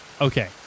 Okay